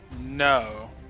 no